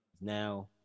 now